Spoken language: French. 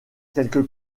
quelques